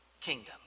kingdom